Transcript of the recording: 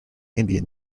indian